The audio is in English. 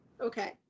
Okay